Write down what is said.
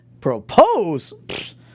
propose